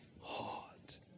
heart